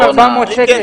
מדובר ב-2,400 שקל.